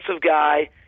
guy